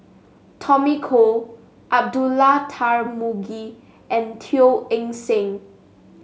Tommy Koh Abdullah Tarmugi and Teo Eng Seng